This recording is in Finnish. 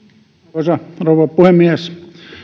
arvoisa rouva puhemies